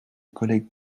collègue